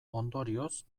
ondorioz